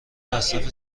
مصرف